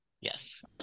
Yes